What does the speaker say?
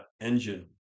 engine